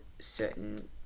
certain